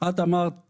את אמרת